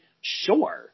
sure